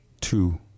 two